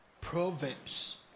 Proverbs